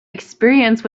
experience